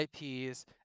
IPs